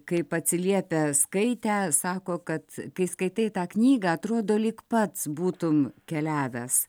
kaip atsiliepia skaitę sako kad kai skaitai tą knygą atrodo lyg pats būtum keliavęs